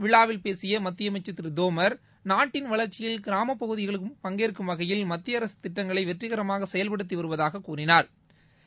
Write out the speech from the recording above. விழாவில் பேசிய மத்திய அமைச்சர் திரு தோமர் நாட்டின் வளர்ச்சியில் கிராமப்பகுதிகளும் பங்கேற்கும் வகையில் மத்திய அரசு திட்டங்களை வெற்றிகரமாக செயல்படுத்தி வருவதாகக் கூறினாா்